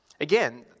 Again